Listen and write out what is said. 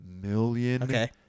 million